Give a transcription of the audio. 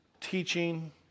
teaching